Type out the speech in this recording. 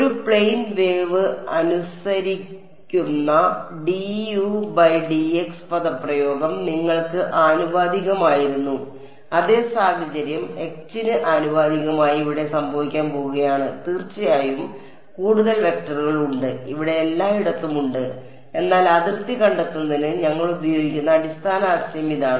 ഒരു plain wave അനുസരിക്കുന്ന പദപ്രയോഗം നിങ്ങൾക്ക് ആനുപാതികമായിരുന്നു അതേ സാഹചര്യം H ന് ആനുപാതികമായി ഇവിടെ സംഭവിക്കാൻ പോകുകയാണ് തീർച്ചയായും കൂടുതൽ വെക്റ്ററുകൾ ഉണ്ട് ഇവിടെ എല്ലായിടത്തും ഉണ്ട് എന്നാൽ അതിർത്തി കണ്ടെത്തുന്നതിന് ഞങ്ങൾ ഉപയോഗിക്കുന്ന അടിസ്ഥാന ആശയം ഇതാണ്